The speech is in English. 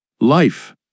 Life